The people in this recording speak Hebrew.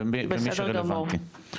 ומי שרלוונטי,